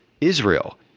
Israel